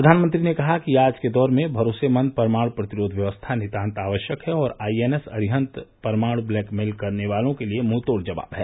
प्रधानमंत्री ने कहा कि आज के दौर में भरोसेमंद परमाणु प्रतिरोध व्यवस्था नितांत आवश्यक है और आईएनएस अरिहन्त परमाणु ब्लैकमेल करने वालों के लिए मुंहतोड़ जवाब है